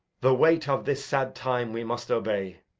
the weight of this sad time we must obey,